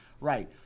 Right